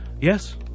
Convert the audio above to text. Yes